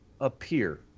appear